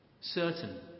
certain